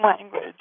language